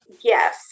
Yes